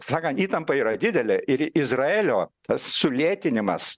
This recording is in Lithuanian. sakant įtampa yra didelė ir izraelio sulėtinimas